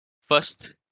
first